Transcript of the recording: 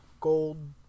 gold